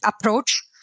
approach